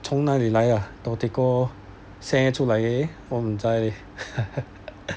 从哪里来啊